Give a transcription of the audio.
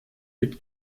mit